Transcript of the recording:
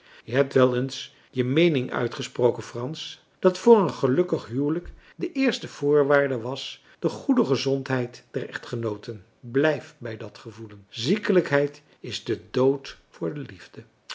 je hebt wel eens je meening uitgesproken frans dat voor een gelukkig huwelijk de eerste voorwaarde was de goede gezondheid der echtgenooten blijf bij dat gevoelen ziekelijkheid is de dood voor de liefde